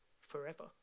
forever